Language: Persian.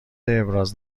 ابراز